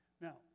Now